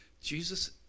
Jesus